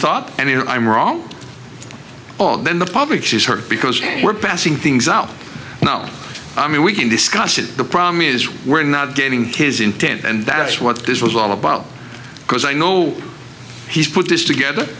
thought and i'm wrong oh then the public she's hurt because we're passing things out now i mean we can discuss it the problem is we're not getting his intent and that's what this was all about because i know he's put this together